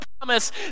promise